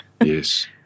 Yes